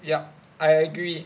yup I agree